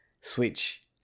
Switch